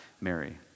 Mary